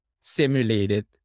simulated